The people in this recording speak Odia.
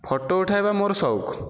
ଫଟୋ ଉଠାଇବା ମୋର ସଉକ